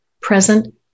present